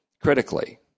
critically